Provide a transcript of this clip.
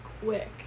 quick